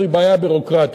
זו בעיה ביורוקרטית,